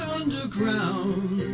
underground